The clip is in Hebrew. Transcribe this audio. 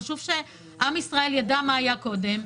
חשוב שעם ישראל יידע מה היה קודם.